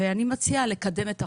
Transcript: ואני מציעה לקדם את החוק,